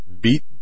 Beat